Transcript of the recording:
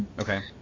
Okay